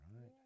right